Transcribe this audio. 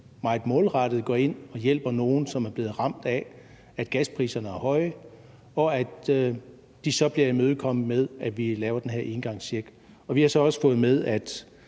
målrettet går ind og hjælper nogle, som er blevet ramt af, at gaspriserne er høje, og de bliver så imødekommet med, at vi laver den her engangscheck. Vi har så også fået med, at